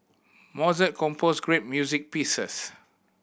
Mozart composed great music pieces